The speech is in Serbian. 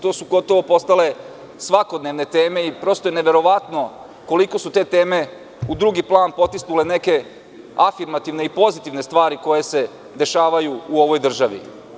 To su gotovo postale svakodnevne teme i prosto je neverovatno koliko su te teme u drugi plan potisnule neke afirmativne i pozitivne stvari koje se dešavaju u ovoj državi.